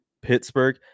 Pittsburgh